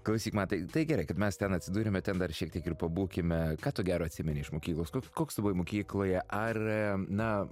klausyk matai tai gerai kad mes ten atsidūrėme ten dar šiek tiek ir pabūkime ką tu gero atsimeni iš mokyklos koks tu buvai mokykloje ar na